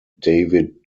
david